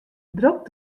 drok